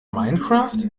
minecraft